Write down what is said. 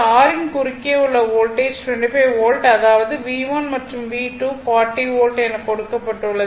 R யின் குறுக்கே உள்ள வோல்டேஜ் 25 வோல்ட் அதாவது V1 மற்றும் V2 40 வோல்ட் எனக் கொடுக்கப்பட்டுள்ளது